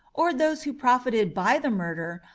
or those who profited by the murder,